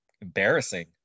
embarrassing